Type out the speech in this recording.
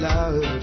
Love